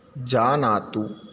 जानातु